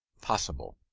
possible.